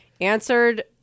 answered